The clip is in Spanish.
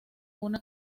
una